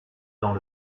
dans